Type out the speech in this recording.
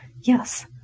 Yes